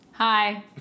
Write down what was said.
Hi